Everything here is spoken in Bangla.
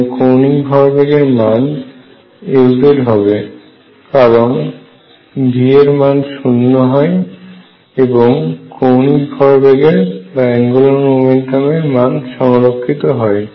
এবং কৌণিক ভরবেগের মান Lz হবে কারণ V এর মান শুন্য হয় এবং কৌণিক ভরবেগের মান সংরক্ষিত হয়